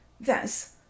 Thus